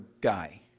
guy